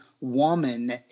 woman